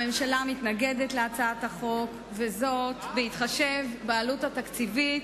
הממשלה מתנגדת להצעת החוק, בהתחשב בעלות התקציבית,